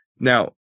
Now